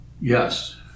Yes